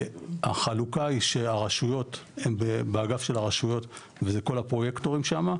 החלוקה היא שהרשויות הן באגף של הרשויות וזה כל הפרויקטורים שמה,